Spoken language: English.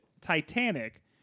Titanic